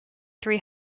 three